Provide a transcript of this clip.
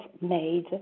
made